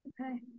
Okay